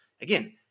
again